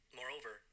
moreover